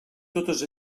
totes